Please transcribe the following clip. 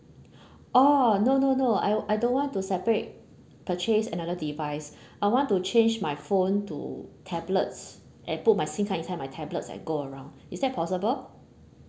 orh no no no I'll I don't want to separate purchase another device I want to change my phone to tablets and put my SIM card inside my tablets and go around is that possible